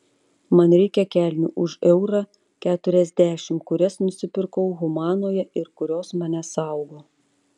man reikia kelnių už eurą keturiasdešimt kurias nusipirkau humanoje ir kurios mane saugo